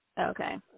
Okay